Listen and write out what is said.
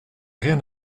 rien